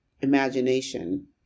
imagination